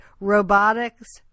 robotics